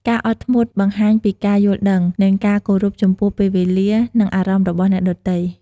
ការអត់ធ្មត់បង្ហាញពីការយល់ដឹង និងការគោរពចំពោះពេលវេលា និងអារម្មណ៍របស់អ្នកដទៃ។